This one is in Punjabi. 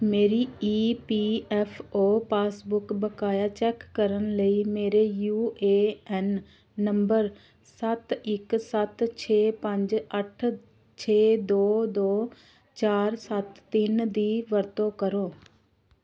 ਮੇਰੀ E P F O passbook ਬਕਾਇਆ ਚੈੱਕ ਕਰਨ ਲਈ ਮੇਰੇ ਯੂ ਏ ਐਨ ਨੰਬਰ ਸੱਤ ਇੱਕ ਸੱਤ ਛੇ ਪੰਜ ਅੱਠ ਛੇ ਦੋ ਦੋ ਚਾਰ ਸੱਤ ਤਿੰਨ ਦੀ ਵਰਤੋਂ ਕਰੋ